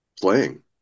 playing